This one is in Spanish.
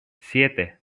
siete